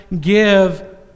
give